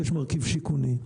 ויש מרכיב שיכוני.